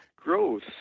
growth